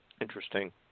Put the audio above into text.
interesting